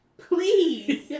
Please